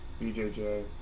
BJJ